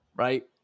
right